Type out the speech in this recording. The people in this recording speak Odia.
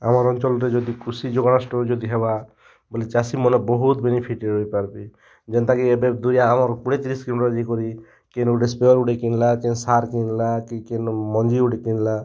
ଆମର୍ ଅଞ୍ଚଲ୍ରେ ଯଦି କୃଷି ଯଦି ହେବା ବେଲେ ଚାଷୀମାନେ ବହୁତ୍ ବେନିଫିଟ୍ ରେ ରହି ପାର୍ବେ ଯେନ୍ଟା କି ଏବେ କୁଡ଼ିଏ ତିରିଶ୍ କିଲୋମିଟର୍ ଯାଇକରି କେନ ଗୋଟେ ସ୍ପ୍ରେ ଗୁଟେ କିନ୍ଲା କି ସାର କିନ୍ଲା କି କେନ୍ ମଞ୍ଜି ଗୁଟେ କିନ୍ଲା